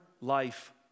life